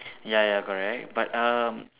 ya ya correct but um